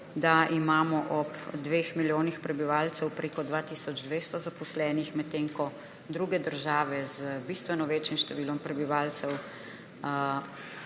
da imamo ob 2 milijonih prebivalcev preko 2 tisoč 200 zaposlenih, medtem ko druge države z bistveno večjim številom prebivalcev